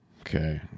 Okay